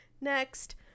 Next